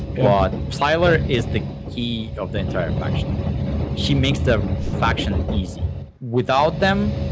ah psylar is the key of the entire faction she makes the faction easy without them,